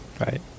Right